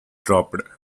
dropped